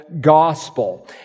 gospel